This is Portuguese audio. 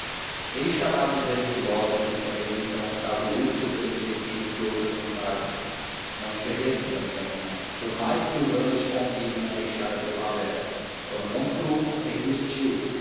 deixa lá dizerem filósofos que a velhice é um estado útil pela experiência e outras vantagens não envelheças amiga minha por mais que os anos te convidem a deixar a primavera quando muito aceita o estio